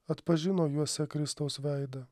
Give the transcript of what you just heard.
atpažino juose kristaus veidą